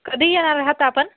कधी येणार आहात आपण